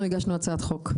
אנחנו הגשנו הצעת חוק.